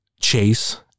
Chase